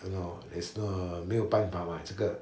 you know is uh 没有办法 mah 这个